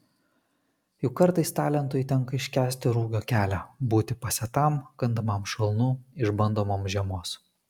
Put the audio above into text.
juk kartais talentui tenka iškęsti rugio kelią būti pasėtam kandamam šalnų išbandomam žiemos